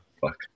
Fuck